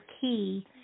key